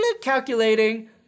Calculating